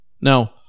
Now